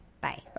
Bye